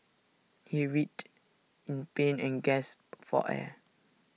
he writhed in pain and gasped for air